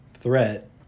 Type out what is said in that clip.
threat